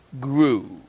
grew